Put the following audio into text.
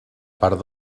part